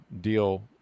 deal